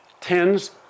tens